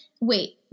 wait